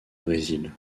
brésil